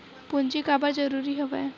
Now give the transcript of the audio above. पूंजी काबर जरूरी हवय?